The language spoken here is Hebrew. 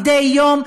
מדי יום,